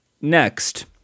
next